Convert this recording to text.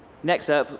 next up,